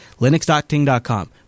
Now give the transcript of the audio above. Linux.ting.com